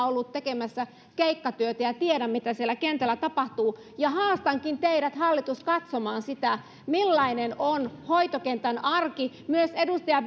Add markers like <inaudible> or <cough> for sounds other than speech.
<unintelligible> ollut tekemässä keikkatyötä ja tiedän mitä siellä kentällä tapahtuu ja haastankin teidät hallitus katsomaan sitä millainen on hoitokentän arki myös edustaja <unintelligible>